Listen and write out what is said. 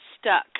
stuck